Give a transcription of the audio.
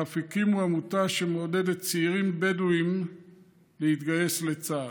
ואף הקימו עמותה שמעודדת צעירים בדואים להתגייס לצה"ל.